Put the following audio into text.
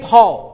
Paul